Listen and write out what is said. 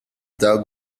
dog